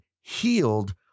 healed